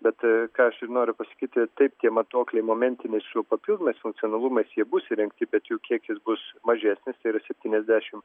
bet ką aš ir noriu pasakyti taip tie matuokliai momentiniai su papildomais funkcionalumais jie bus įrengti bet jų kiekis bus mažesnis tai yra septyniasdešimt